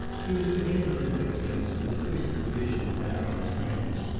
he was beginning to look at things with the twisted vision of marion's friends.